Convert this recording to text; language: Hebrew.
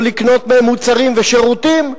לא לקנות מהם מוצרים ושירותים,